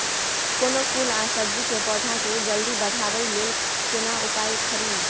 कोनो फूल आ सब्जी के पौधा के जल्दी बढ़ाबै लेल केना उपाय खरी?